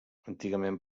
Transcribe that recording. antigament